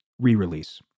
re-release